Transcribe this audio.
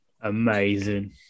amazing